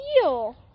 deal